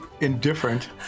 indifferent